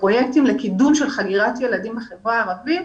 לפרויקטים לקידום של חגירת ילדים בחברה הערבית.